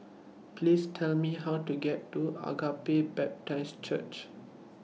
Please Tell Me How to get to Agape Baptist Church